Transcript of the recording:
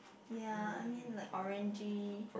ya I mean like orangey